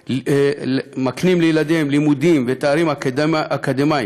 ומקנים לילדיהם לימודים ותארים אקדמיים,